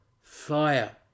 fire